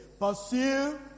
Pursue